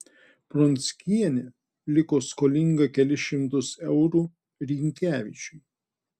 pronckienė liko skolinga kelis šimtus eurų rynkevičiui